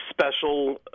special